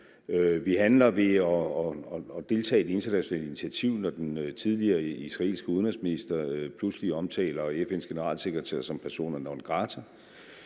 Vi handler ved at deltage i det internationale initiativ, når den tidligere israelske udenrigsminister pludselig omtaler FN's generalsekretær som persona non grata.